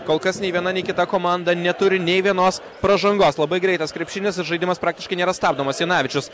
kol kas nei viena nei kita komanda neturi nei vienos pražangos labai greitas krepšinis ir žaidimas praktiškai nėra stabdomas janavičius